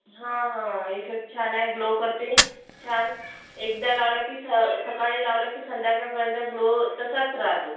हां हां इफेक्ट छान आहे ग्लो करते छान एकदा लावलं की स सकाळी लावलं की संध्याकाळपर्यंत ग्लो तसाच राहतो